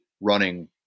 running